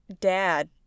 dad